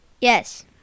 Yes